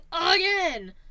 again